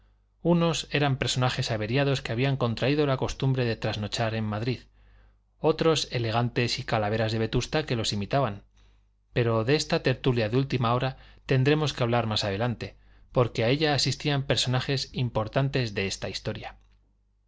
unos eran personajes averiados que habían contraído la costumbre de trasnochar en madrid otros elegantes y calaveras de vetusta que los imitaban pero de esta tertulia de última hora tendremos que hablar más adelante porque a ella asistían personajes importantes de esta historia